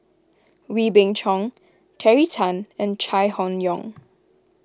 Wee Beng Chong Terry Tan and Chai Hon Yoong